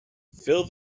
fill